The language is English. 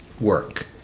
work